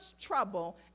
trouble